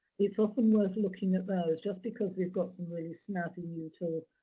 it's often worth looking at those. just because we've got some really snazzy new tools,